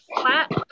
flat